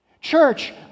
Church